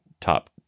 top